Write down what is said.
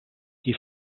qui